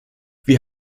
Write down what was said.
wir